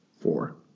four